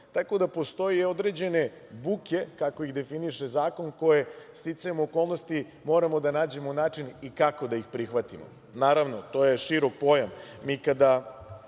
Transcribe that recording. Tako da postoje određene buke, kako ih definiše zakon koje sticajem okolnosti moramo da nađemo način i kako da ih prihvatimo. Naravno, to je širok pojam. Kada